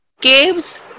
Caves